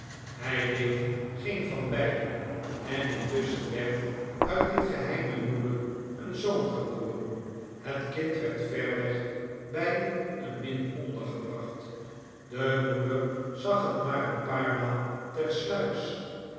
hij deed geen van beide en intusschen werd uit dit geheime huwelijk een zoon geboren het kind werd ver weg bij een miii ondergebracht de moeder zag het maar een paar maal